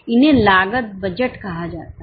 इन्हें लागत बजट कहा जाता है